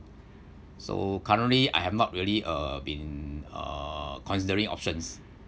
so currently I have not really uh been uh considering options